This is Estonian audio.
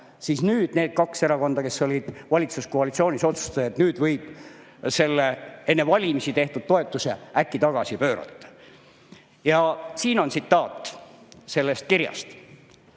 siis nüüd need kaks erakonda, kes olid valitsuskoalitsioonis, otsustasid, et võib selle enne valimisi tehtud toetuse äkki tagasi pöörata. Ja siin on tsitaat sellest kirjast.